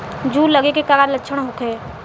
जूं लगे के का लक्षण का होखे?